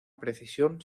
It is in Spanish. precisión